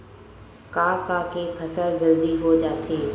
का का के फसल जल्दी हो जाथे?